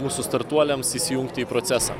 mūsų startuoliams įsijungti į procesą